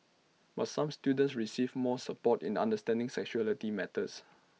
but some students receive more support in understanding sexuality matters